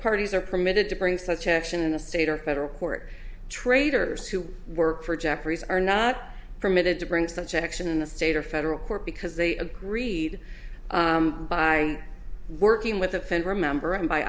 parties are permitted to bring such action in a state or federal court traders who work for jeffries are not permitted to bring such action in the state or federal court because they agreed by working with a friend remember him by